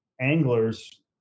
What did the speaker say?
anglers